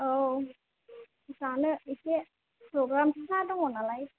औ जानो एसे प्रग्राम फिसा दङ नालाय